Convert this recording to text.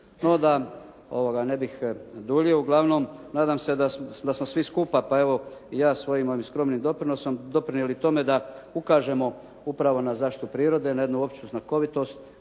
No da ne bih duljio uglavnom nadam se da smo svi skupa pa evo i ja svojim ovim skromnim doprinosom doprinijeli tome da ukažemo upravo na zaštitu prirode na jednu opću znakovitost